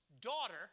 daughter